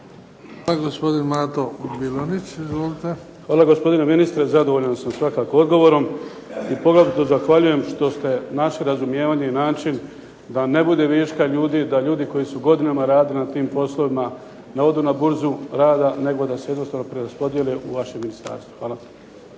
Hvala. Gospodin Mato Bilonjić. Izvolite. **Bilonjić, Mato (HDZ)** Hvala gospodine ministre. Zadovoljan sam svakako odgovorom. I poglavito zahvaljujem što se način razumijevanja i način da ne bude viška ljudi, da ljudi koji su godinama radili na tim poslovima ne odu na burzu rada, nego da se jednostavno preraspodijele u vašem ministarstvu. Hvala.